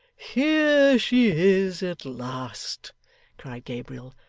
here she is at last cried gabriel.